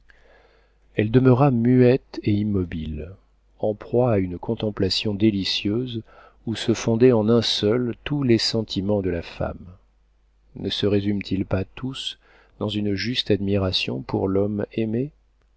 elle demeura muette et immobile en proie à une contemplation délicieuse où se fondaient en un seul tous les sentiments de la femme ne se résument ils pas tous dans une juste admiration pour l'homme aimé